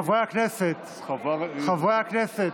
חברי הכנסת, חברי הכנסת,